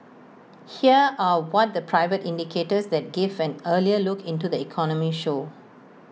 here are what the private indicators that give an earlier look into the economy show